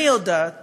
אני יודעת